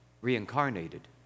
reincarnated